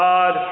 God